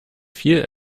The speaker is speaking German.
viel